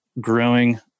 growing